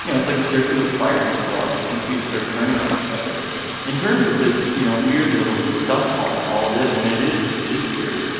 you know it's like a circular firing squad that these people start turning on each other in terms of this, you know, weird little subplot to all this. and it it is it is weird.